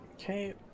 Okay